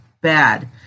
bad